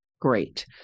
Great